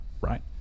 right